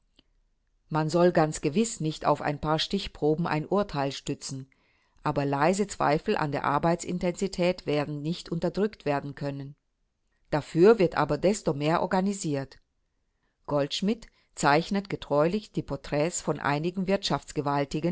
man soll ganz gewiß nicht auf ein paar stichproben ein urteil stützen aber leise zweifel an der arbeitsintensität werden nicht unterdrückt werden können dafür wird aber desto mehr organisiert goldschmidt zeichnet getreulich die porträts von einigen